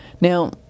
Now